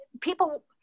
people